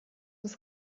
des